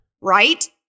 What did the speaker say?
right